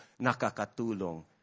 nakakatulong